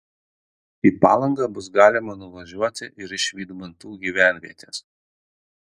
į palangą bus galima nuvažiuoti ir iš vydmantų gyvenvietės